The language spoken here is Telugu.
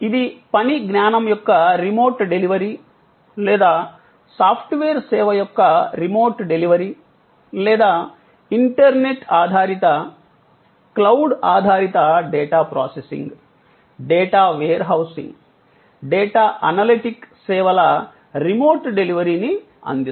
ఇది పని జ్ఞానం యొక్క రిమోట్ డెలివరీ లేదా సాఫ్ట్వేర్ సేవ యొక్క రిమోట్ డెలివరీ లేదా ఇంటర్నెట్ ఆధారిత క్లౌడ్ ఆధారిత data processing data warehousing data analytic సేవల రిమోట్ డెలివరీ ని అందిస్తుంది